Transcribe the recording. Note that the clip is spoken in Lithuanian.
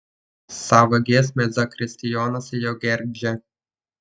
savo giesmę zakristijonas jau gergždžia